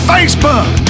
Facebook